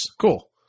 Cool